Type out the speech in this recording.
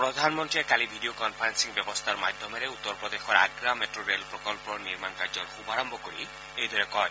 প্ৰধানমন্ত্ৰীয়ে কালি video conferencing ব্যৱস্থাৰ মাধ্যমেৰে উত্তৰ প্ৰদেশৰ আগ্ৰা মেট্ট ৰে'ল প্ৰকল্পৰ নিৰ্মাণ কাৰ্য শুভাৰম্ভ কৰি এইদৰে কয়